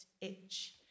itch